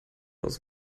aus